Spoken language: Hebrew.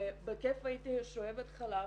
ובכיף הייתי שואבת חלב